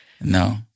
No